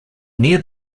near